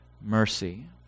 mercy